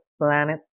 planet